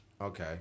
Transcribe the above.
Okay